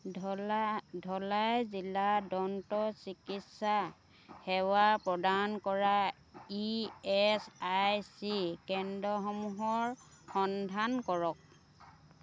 ধলা ধলাই জিলা দন্ত চিকিৎসা সেৱা প্ৰদান কৰা ই এচ আই চি কেন্দ্ৰসমূহৰ সন্ধান কৰক